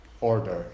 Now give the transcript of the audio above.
order